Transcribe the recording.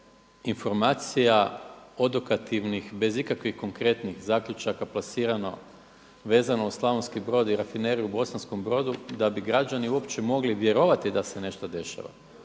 dosta je informacija odokativnih bez ikakvih konkretnih zaključaka plasirano vezano uz Slavonski Brod i Rafineriju u Bosanskom Brodu da bi građani uopće mogli vjerovati da se nešto dešava.